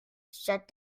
shut